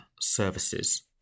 services